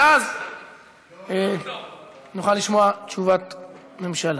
ואז נוכל לשמוע תשובת ממשלה.